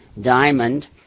Diamond